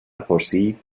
پرسید